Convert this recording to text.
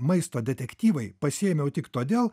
maisto detektyvai pasiėmiau tik todėl